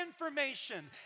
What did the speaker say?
information